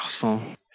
garçon